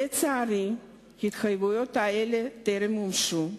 לצערי, התחייבויות אלה טרם מומשו.